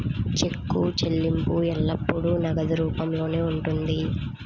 చెక్కు చెల్లింపు ఎల్లప్పుడూ నగదు రూపంలోనే ఉంటుంది